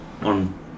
on